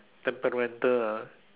temperamental ah